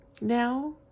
now